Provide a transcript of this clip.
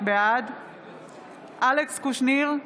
בעד אלכס קושניר,